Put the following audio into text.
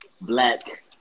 black